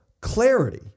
clarity